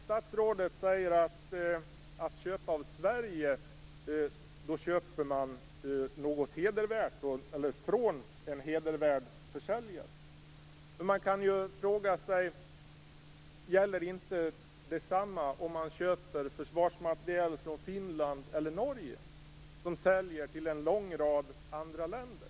Statsrådet säger att den som köper av Sverige köper från en hedervärd försäljare. Men man kan ju fråga sig: Gäller inte detsamma om man köper försvarsmateriel från Finland eller Norge, som säljer till en lång rad andra länder?